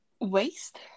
waste